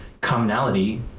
commonality